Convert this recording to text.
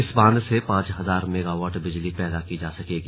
इस बांध से पांच हजार मेगावाट बिजली पैदा की जा सकेगी